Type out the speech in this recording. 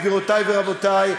גבירותי ורבותי,